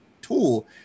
tool